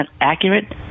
accurate